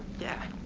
yeah.